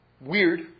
weird